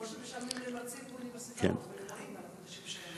כמו שמשלמים למרצים באוניברסיטאות כשהם בחופש.